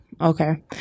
Okay